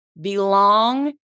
belong